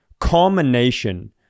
culmination